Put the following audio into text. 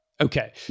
Okay